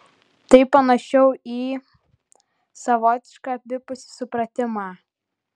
tai panašiau į savotišką abipusį supratimą